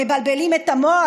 מבלבלים את המוח,